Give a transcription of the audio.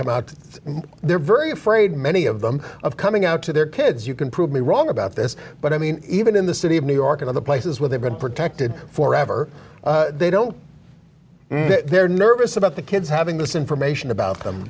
come out they're very afraid many of them of coming out to their kids you can prove me wrong about this but i mean even in the city of new york and other places where they've been protected for ever they don't they're nervous about the kids having this information about them